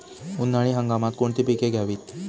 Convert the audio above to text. उन्हाळी हंगामात कोणती पिके घ्यावीत?